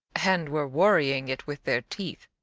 and were worrying it with their teeth.